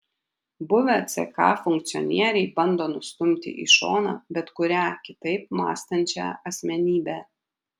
buvę ck funkcionieriai bando nustumti į šoną bet kurią kitaip mąstančią asmenybę